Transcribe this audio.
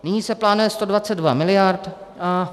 Nyní se plánuje 122 mld.